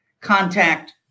contact